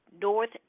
North